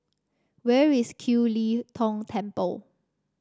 where is Kiew Lee Tong Temple